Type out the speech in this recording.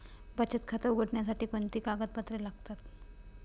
बचत खाते उघडण्यासाठी कोणती कागदपत्रे लागतात?